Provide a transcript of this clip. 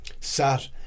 sat